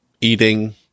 eating